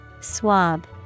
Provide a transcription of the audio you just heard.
Swab